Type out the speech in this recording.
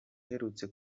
uherutse